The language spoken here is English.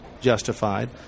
justified